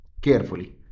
carefully